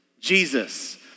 Jesus